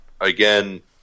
again